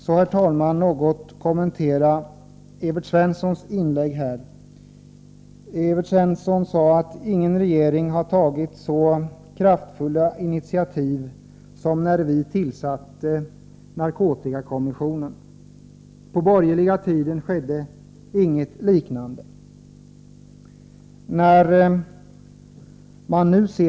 Låt mig vidare kommentera Evert Svenssons inlägg. Evert Svensson sade att ingen regering tidigare har tagit så kraftfulla initiativ som när den socialdemokratiska regeringen tillsatte narkotikakommissionen. Han menade att det inte skedde något liknande under den borgerliga regeringstiden.